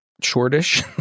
shortish